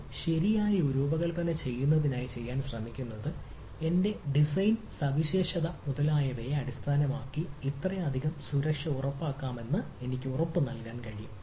അത് ശരിയായി രൂപകൽപ്പന ചെയ്യുന്നതിനായി ചെയ്യാൻ ശ്രമിക്കുന്നത് എന്റെ ഡിസൈൻ സവിശേഷത മുതലായവയെ അടിസ്ഥാനമാക്കി ഇത്രയധികം സുരക്ഷ ഉറപ്പാക്കാമെന്ന് എനിക്ക് ഉറപ്പ് നൽകാൻ കഴിയും